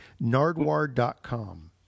Nardwar.com